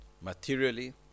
materially